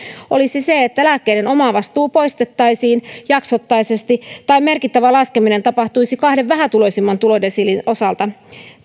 olisi se että lääkkeiden omavastuu poistettaisiin jaksottaisesti tai että merkittävä laskeminen tapahtuisi kahden vähätuloisimman tulodesiilin osalta